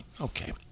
Okay